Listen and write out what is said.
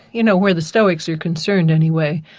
you know, where the stoics are concerned anyway,